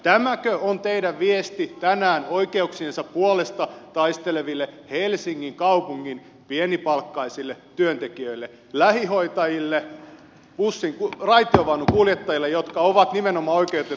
tämäkö on teidän viestinne tänään oikeuksiensa puolesta taisteleville helsingin kaupungin pienipalkkaisille työntekijöille lähihoitajille raitiovaununkuljettajille jotka ovat nimenomaan oikeutettuja tähän ansiosidonnaiseen työttömyysturvaan